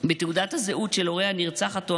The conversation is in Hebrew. בתעודת הזהות של הורי הנרצחת או